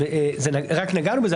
רק נגענו בזה,